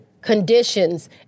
conditions